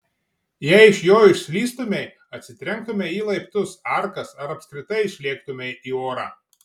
jei iš jo išslystumei atsitrenktumei į laiptus arkas ar apskritai išlėktumei į orą